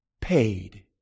paid